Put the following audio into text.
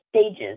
stages